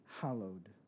hallowed